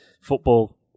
football